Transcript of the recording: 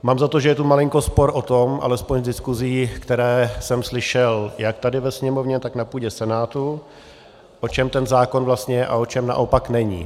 Mám za to, že je tu malinko spor o tom, alespoň z diskusí, které jsem slyšel jak tady ve Sněmovně, tak na půdě Senátu, o čem ten zákon vlastně je a o čem naopak není.